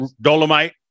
Dolomite